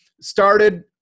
started